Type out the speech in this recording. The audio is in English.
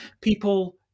People